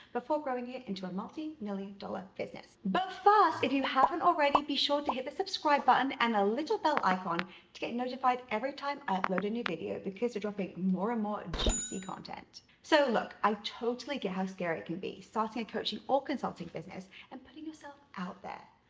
before growing it into a multi million dollar business. but first, if you haven't already, be sure to hit the subscribe button and the ah little bell icon to get notified every time i upload a new video because we're dropping more and more juicy content. so look, i totally get how scary it can be, so starting a coaching or consulting business and putting yourself out there.